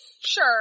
Sure